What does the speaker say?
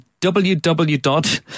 www